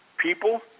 people